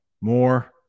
more